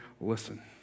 listen